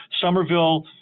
Somerville